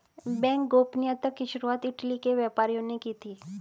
bank गोपनीयता की शुरुआत इटली के व्यापारियों ने की थी